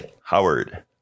Howard